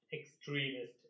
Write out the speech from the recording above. extremist